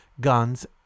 guns